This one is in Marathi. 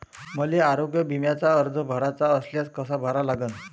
मले आरोग्य बिम्याचा अर्ज भराचा असल्यास कसा भरा लागन?